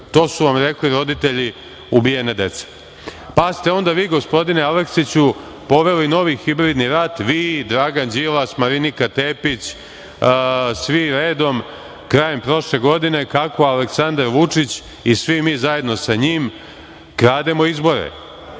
To su vam rekli roditelji ubijene dece. Pa, ste onda vi gospodine Aleksiću poveli novi hibridni rat, vi i Dragan Đilas, Marinika Tepić, svi redom, krajem prošle godine kako Aleksandar Vučić i svi mi zajedno sa njim krademo izbore.